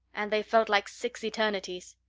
and they felt like six eternities.